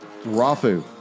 Rafu